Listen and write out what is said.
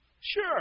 Sure